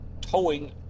Towing